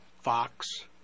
fox